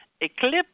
eclipse